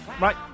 right